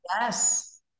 Yes